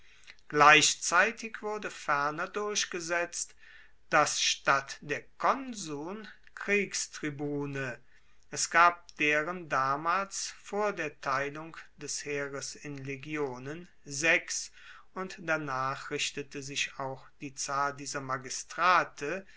gleichzeitig wurde ferner durchgesetzt dass statt der konsuln kriegstribune es gab deren damals vor der teilung des heeres in legionen sechs und danach richtete sich auch die zahl dieser magistrate